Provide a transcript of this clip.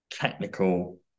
technical